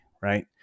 right